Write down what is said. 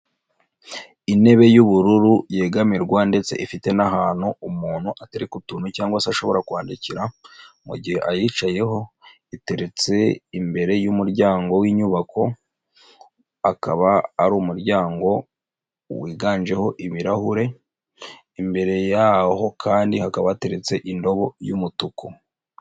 Intebe y'ubururu yegamirwa ndetse ifite n'ahantu umuntu atereka utuntu cyangwa se ashobora kwandikira mu gihe ayicayeho, iteretse imbere y'umuryango w'inyubako akaba ari umuryango wiganjeho ibirahure, imbere yaho kandi hakaba hateretse indobo y'umutuku.